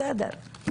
בסדר,